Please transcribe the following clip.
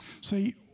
See